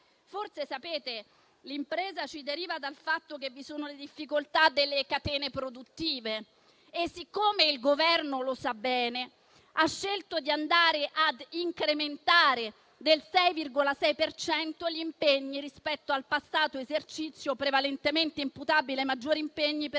impresa. Ma forse ciò deriva dal fatto che vi sono difficoltà nelle catene produttive e, siccome il Governo lo sa bene, ha scelto di andare ad incrementare del 6,6 per cento gli impegni rispetto al passato esercizio, prevalentemente imputabile ai maggiori impegni per